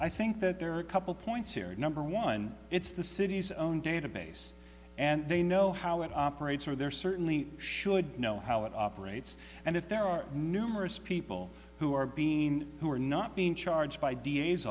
i think that there are a couple points here number one it's the city's own database and they know how it operates or they're certainly should know how it operates and if there are numerous people who are being who are not being charged by d